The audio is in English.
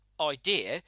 idea